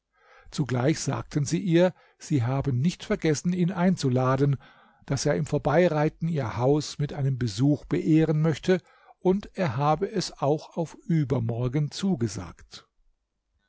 zugleich sagten sie ihr sie haben nicht vergessen ihn einzuladen daß er im vorbeireiten ihr haus mit einem besuch beehren möchte und er habe es auch auf übermorgen zugesagt